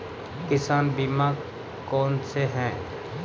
किसान बीमा कौनसे हैं?